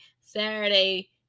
Saturday